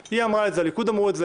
היא סנקציה -- אחת.